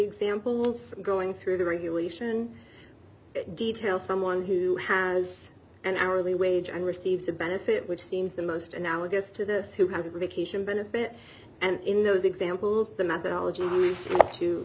example of going through the regulation detail someone who has an hourly wage and receives a benefit which seems the most analogous to this who have a really cation benefit and in those examples the methodology to